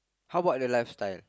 how about the lifestyle